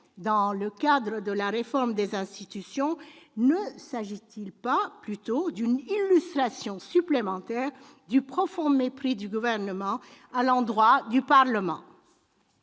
dans le cadre de la réforme des institutions, ne s'agit-il pas plutôt d'une illustration supplémentaire du profond mépris du Gouvernement à l'endroit du Parlement ?